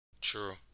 True